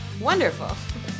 Wonderful